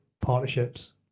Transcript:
partnerships